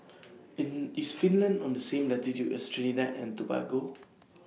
in IS Finland on The same latitude as Trinidad and Tobago